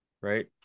right